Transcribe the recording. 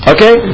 Okay